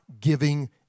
giving